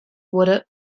wurde